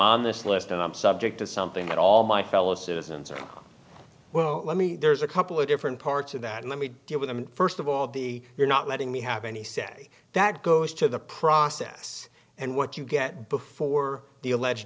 on this list and i'm subject to something that all my fellow citizens are well let me know a couple of different parts of that let me deal with first of all the you're not letting me have any say that goes to the process and what you get before the alleged